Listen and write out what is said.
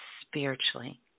spiritually